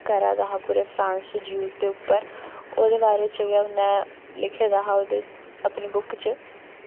करा दा हा पूरे फ्रांस च जियूज दे उप्पर ओह्दे बारे च गै उ'न्नै लिखे दा हा ओह्दे अपनी बुक च